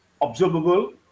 observable